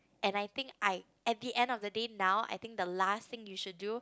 and I think I at the end of the day now I think the last thing you should do